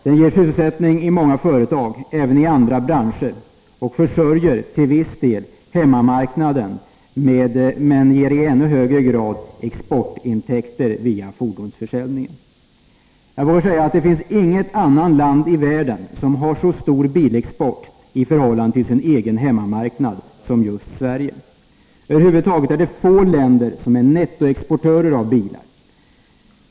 Den ger sysselsättning i många företag — även i andra branscher — och försörjer till viss del hemmamarknaden, men ger i ännu högre grad exportintäkter via fordonsförsäljningen. Jag vågar säga att det inte finns något annat land i världen som har så stor bilexport i förhållande till sin egen hemmamarknad som just Sverige. Över huvud taget är det få länder som är nettoexportörer av bilar.